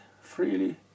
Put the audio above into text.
freely